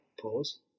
pause